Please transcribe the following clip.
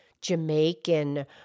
Jamaican